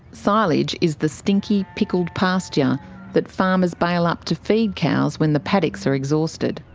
silage is the stinky, pickled pasture that farmers bale up to feed cows when the paddocks are exhausted.